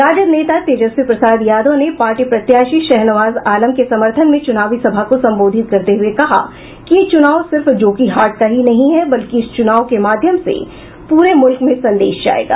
राजद नेता तेजस्वी प्रसाद यादव ने पार्टी प्रत्याशी शाहनवाज आलम के समर्थन में चुनावी सभा को संबोधित करते हुये कहा कि ये चुनाव सिर्फ जोकीहाट का ही नहीं है बल्कि इस चुनाव के माध्यम से पूरे मुल्क में संदेश जायेगा